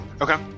Okay